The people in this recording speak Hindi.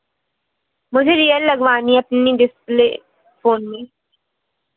मुझे रियल लगवानी है अपनी डिस्प्ले फोन में